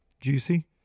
juicy